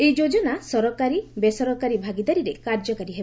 ଏହି ଯୋଜନା ସରକାରୀ ବେସରକାରୀ ଭାଗିଦାରୀରେ କାର୍ଯ୍ୟକାରୀ ହେବ